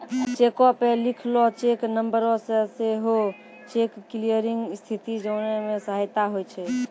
चेको पे लिखलो चेक नंबरो से सेहो चेक क्लियरिंग स्थिति जाने मे सहायता होय छै